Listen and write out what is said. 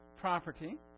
Property